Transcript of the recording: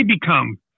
become